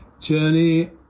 Journey